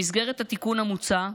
במסגרת התיקון המוצע,